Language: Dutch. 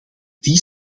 die